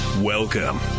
Welcome